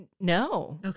no